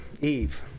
Eve